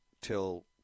till